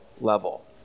level